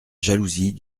jalousie